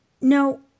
No